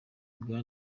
bwa